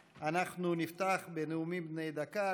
נפתח בנאומים בני דקה.